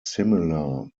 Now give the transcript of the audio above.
similar